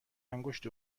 انگشت